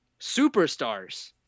superstars